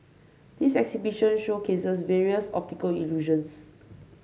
this exhibition showcases various optical illusions